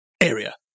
area